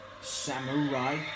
Samurai